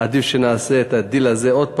עדיף שנעשה את הדיל הזה עוד פעם.